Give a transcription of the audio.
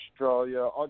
Australia